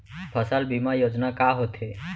फसल बीमा योजना का होथे?